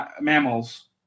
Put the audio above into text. mammals